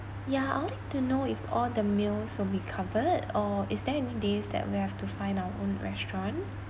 ya I'll like to know if all the meals will be covered or is there any days that we have to find our own restaurant